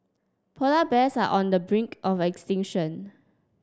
polar bears are on the brink of extinction